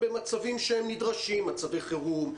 במצבים נדרשים: במצבי חירום,